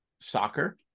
soccer